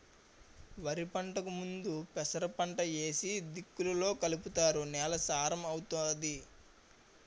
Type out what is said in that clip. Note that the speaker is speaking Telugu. వరిపంటకు ముందు పెసరపంట ఏసి దుక్కిలో కలుపుతారు నేల సారం అవుతాది